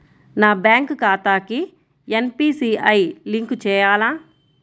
నా బ్యాంక్ ఖాతాకి NPCI link చేయాలా?